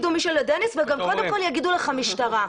אבל קודם כול יגידו לך משטרה.